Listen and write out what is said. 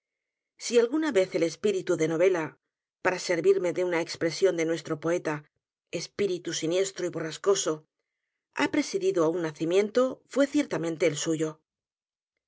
si alguna vez el espíritu de novela para servirme de una expresión de nuestro poeta espíritu siniestro y borrascoso ha presidido á un nacimiento fué ciertamente al suyo